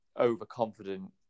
overconfident